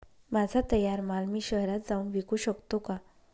माझा तयार माल मी शहरात जाऊन विकू शकतो का?